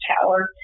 tower